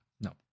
No